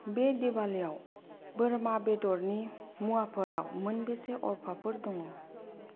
बे दिवालिआव बोरमा बेद'रनि मुवाफोराव मोनबेसे अफारफोर दङ